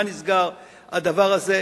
מה נסגר הדבר הזה,